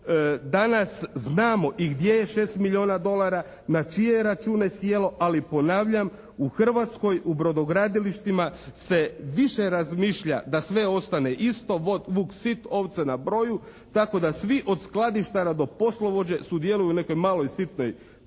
Danas znamo i gdje je 6 milijuna dolara, na čije je račune sjelo. Ali ponavljam u Hrvatskoj u brodogradilištima se više razmišlja da sve ostane isto, vuk sit ovce na broju, tako da svi od skladištara do poslovođe sudjeluju u nekoj maloj sitnoj